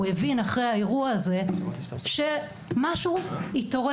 הוא הבין אחרי האירוע הזה שמשהו התעורר,